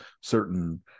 certain